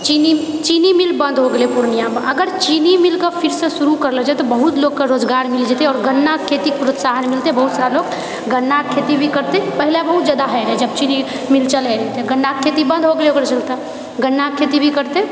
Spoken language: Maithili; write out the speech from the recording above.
चीनी चीनी मिल बन्द हो गेलेै पूर्णियाँमे अगर चीनी मिलके फिरसे शुरु करलो छै तऽ बहुत लोगकेँ रोजगार मिल जेतए आओर गन्नाके खेतीके प्रोत्साहन मिलतेै आओर बहुत्त सारा लोग गन्नाके खेतीभी करते पहिले बहुत जादा होए रहै जब चीनी मिल चलय रहै तऽ गन्नाके खेती बन्द हो गेलेै ओकर चलते गन्नाके खेतीभी करतेै